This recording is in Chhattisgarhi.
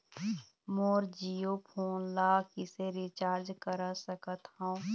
मोर जीओ फोन ला किसे रिचार्ज करा सकत हवं?